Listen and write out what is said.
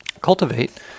cultivate